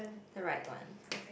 the right one